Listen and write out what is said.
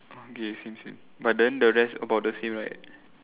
okay same same but then the rest about the same right